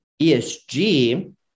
ESG